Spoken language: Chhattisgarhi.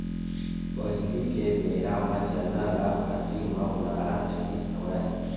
पहिली के बेरा म चना ल भर्री म ओनारत रिहिस हवय